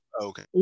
Okay